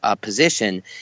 position